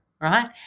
right